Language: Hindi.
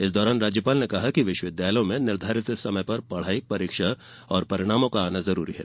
इस दौरान राज्यपाल ने कहा कि विश्वविद्यालयों में निर्धारित समय पर पढ़ाई परीक्षा और परिणामों का आना जरूरी है